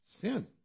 sin